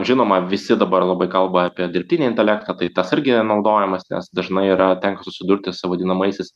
žinoma visi dabar labai kalba apie dirbtinį intelektą tai tas irgi naudojamas nes dažnai yra tenka susidurti su vadinamaisiais